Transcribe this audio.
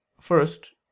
First